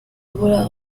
bola